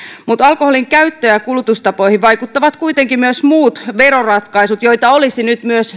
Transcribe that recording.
mutta alkoholin käyttö ja ja kulutustapoihin vaikuttavat kuitenkin myös muut veroratkaisut joita olisi nyt myös